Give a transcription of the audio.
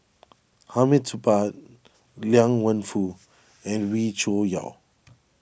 Hamid Supaat Liang Wenfu and Wee Cho Yaw